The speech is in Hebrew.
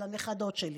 על הנכדות שלי.